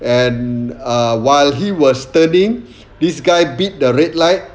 and uh while he was studying this guy beat the red light